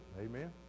Amen